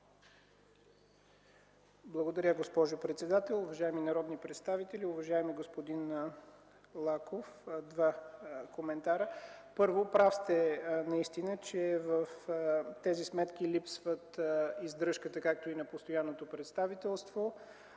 Благодаря, госпожо председател. Уважаеми народни представители! Уважаеми господин Лаков, два коментара. Първо, прав сте, че в тези сметки липсват издръжката, както на постоянното представителство,